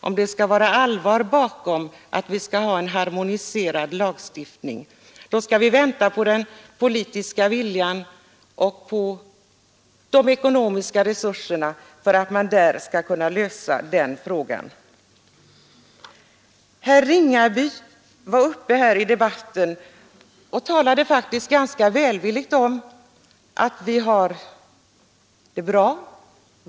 Om det finns något allvar bakom talet om en harmoniserad lagstiftning, skall vi ju vänta på den politiska viljan och på de ekonomiska resurserna att där genomföra en reform. Herr Ringaby talade faktiskt rätt välvilligt om att vi har det bra.